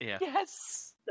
Yes